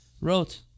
wrote